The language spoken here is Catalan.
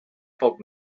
poc